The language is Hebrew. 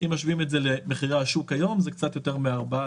אם משווים את זה למחירי השוק היום זה קצת יותר מ-4%,